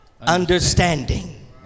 Understanding